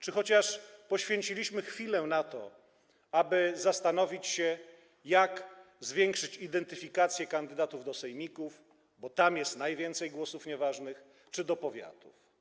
Czy chociaż poświęciliśmy chwilę na to, aby zastanowić się, jak zwiększyć identyfikację kandydatów do sejmików, bo tam jest najwięcej głosów nieważnych, czy do powiatów?